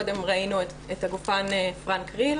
קודם ראינו את הגופן פרנק-ריהל.